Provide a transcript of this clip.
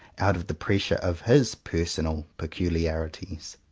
out of the pressure of his personal peculiarities.